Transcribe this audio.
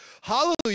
Hallelujah